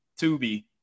Tubi